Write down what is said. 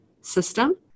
system